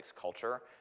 culture